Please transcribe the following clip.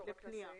מה הסעיף?